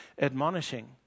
admonishing